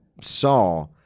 saw